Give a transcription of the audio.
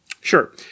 Sure